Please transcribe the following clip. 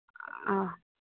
हँ